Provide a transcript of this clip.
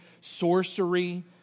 sorcery